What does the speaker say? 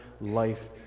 life